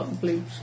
blue